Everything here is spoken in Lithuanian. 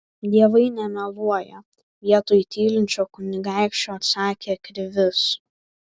dievai nemeluoja vietoj tylinčio kunigaikščio atsakė krivis